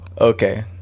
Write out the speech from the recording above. okay